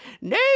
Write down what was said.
No